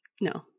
No